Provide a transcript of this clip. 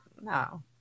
no